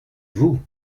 vous